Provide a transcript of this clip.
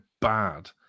bad